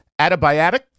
adiabatic